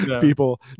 people